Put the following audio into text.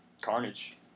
Carnage